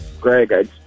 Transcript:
Greg